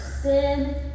Sin